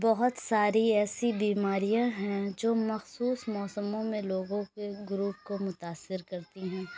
بہت ساری ایسی بیماریاں ہیں جو مخصوص موسموں میں لوگوں کے گروپ کو متاثر کرتی ہیں